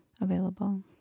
available